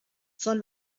son